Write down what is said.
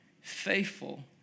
faithful